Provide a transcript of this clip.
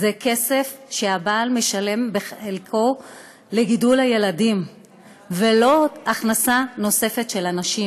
זה כסף שהבעל משלם בחלקו לגידול הילדים ולא הכנסה נוספת של הנשים.